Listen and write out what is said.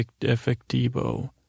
efectivo